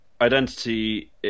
Identity